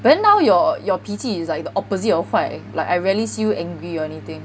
but now your your 脾气 is the opposite of 坏 like I rarely see you angry or anything